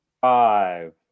five